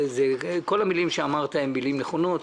כל המילים שאמרת נכונות,